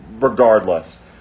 regardless